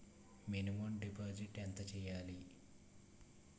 Minimum deposit ఎంత చెయ్యాలి?